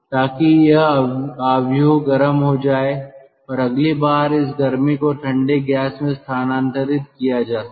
ताकि यह मैट्रिक्स गर्म हो जाए और अगली बार इस गर्मी को ठंडे गैस में स्थानांतरित किया जा सके